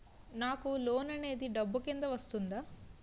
నాకు లోన్ అనేది డబ్బు కిందా వస్తుందా?